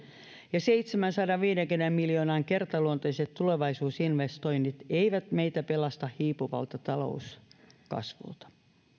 ja seitsemänsadanviidenkymmenen miljoonan kertaluonteiset tulevaisuusinvestoinnit eivät meitä pelasta hiipuvalta talouskasvulta